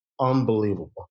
unbelievable